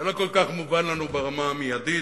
זה לא כל כך מובן לנו ברמה המיידית,